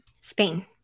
Spain